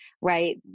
right